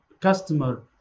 customer